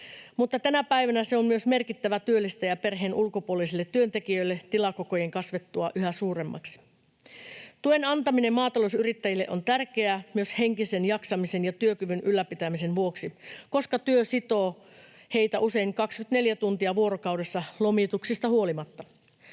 tänä päivänä se on myös merkittävä työllistäjä perheen ulkopuolisille työntekijöille tilakokojen kasvettua yhä suuremmiksi. Tuen antaminen maatalousyrittäjille on tärkeää myös henkisen jaksamisen ja työkyvyn ylläpitämisen vuoksi, koska työ sitoo heitä usein 24 tuntia vuorokaudessa lomituksista huolimatta.